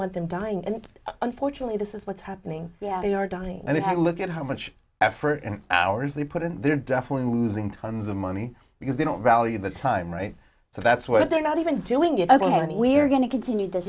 want them dying and unfortunately this is what's happening yeah they are dying and if you look at how much effort and hours they put in there definitely losing tons of money because they don't value the time right so that's when they're not even doing it over here and we're going to continue the